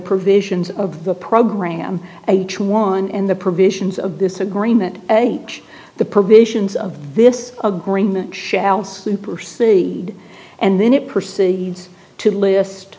provisions of the program h one and the provisions of this agreement which the provisions of this agreement shall supersede and then it proceeds to list